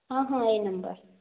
ହଁ ହଁ ଏହି ନମ୍ବର